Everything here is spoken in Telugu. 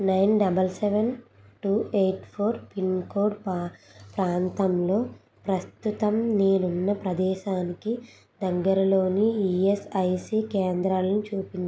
nine double seven two eight four pin code పా ప్రాంతంలో ప్రస్తుతం నేనున్న ప్రదేశానికి దగ్గరలోని ఈఎస్ఐసి కేంద్రాలను చూపించుము